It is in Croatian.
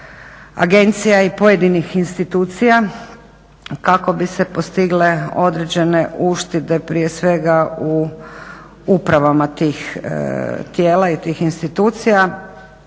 agencija i pojedinih institucija kako bi se postigle određene uštede prije svega u upravama tih tijela i tih institucija